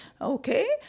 Okay